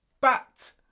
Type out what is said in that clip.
bat